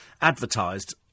advertised